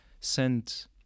sent